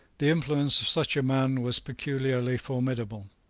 the influence of such a man was peculiarly formidable.